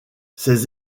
ses